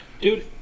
Dude